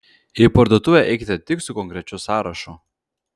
į parduotuvę eikite tik su konkrečiu sąrašu